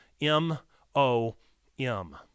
M-O-M